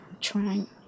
Trying